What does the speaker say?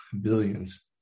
Billions